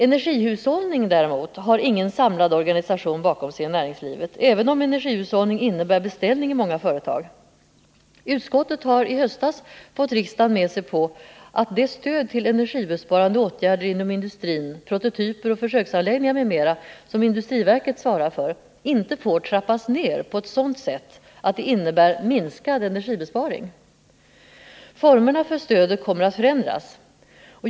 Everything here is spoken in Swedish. Energihushållningen däremot har ingen samlad organisation bakom sig i näringslivet, även om energihushållning innebär beställningar i många företag. Utskottet har i höstas fått riksdagen med sig på att det stöd till energibesparande åtgärder inom industrin, i form av prototyper och försöksanläggningar m.m., som industriverket svarar för inte får trappas ned på ett sådant sätt att det innebär minskad energibesparing. Formerna för stödet kommer att förändras.